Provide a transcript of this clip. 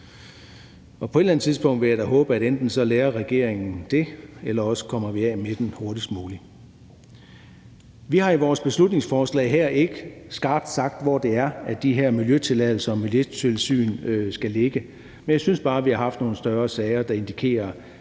på et eller andet tidspunkt lærer det, eller også at vi kommer af med den hurtigst muligt. Vi har i vores beslutningsforslag her ikke skarpt sagt, hvor det er, de her miljøtilladelser og miljøtilsyn skal ligge, men jeg synes bare, at vi har haft nogle større sager, der indikerer,